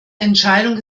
entscheidung